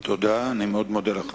תודה, אני מאוד מודה לך.